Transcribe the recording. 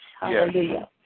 Hallelujah